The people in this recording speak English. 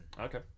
Okay